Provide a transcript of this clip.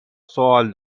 سوال